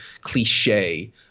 cliche